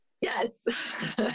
Yes